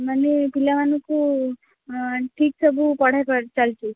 ମାନେ ପିଲାମାନଙ୍କୁ ଠିକ୍ ସବୁ ପଢ଼ାପଢ଼ି ଚାଲିଛି